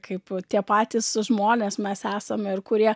kaip tie patys žmonės mes esame ir kurie